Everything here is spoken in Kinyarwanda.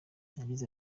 yagize